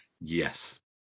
Yes